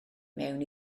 mewn